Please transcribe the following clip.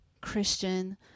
Christian